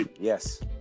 yes